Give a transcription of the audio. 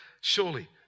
surely